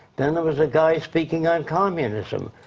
then, there was a guy speaking on communism.